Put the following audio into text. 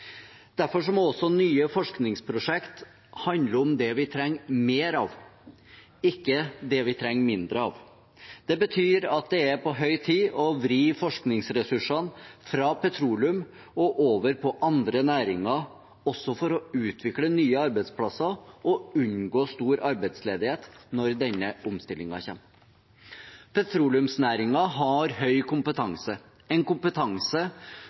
Derfor må nye forskningsprosjekter handle om det vi trenger mer av, ikke det vi trenger mindre av. Det betyr at det er på høy tid å vri forskningsressursene fra petroleum og over på andre næringer, også for å utvikle nye arbeidsplasser og unngå stor arbeidsledighet når denne omstillingen kommer. Petroleumsnæringen har høy kompetanse, en kompetanse